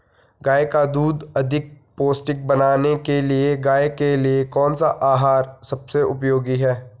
गाय का दूध अधिक पौष्टिक बनाने के लिए गाय के लिए कौन सा आहार सबसे उपयोगी है?